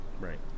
Right